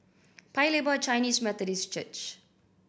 Paya Lebar Chinese Methodist Church